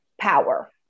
power